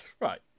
Right